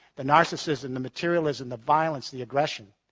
the narcissism, the materialism, the violence, the aggression.